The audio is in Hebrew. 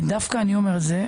דווקא אני אומר את זה,